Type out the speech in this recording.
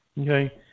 okay